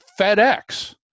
FedEx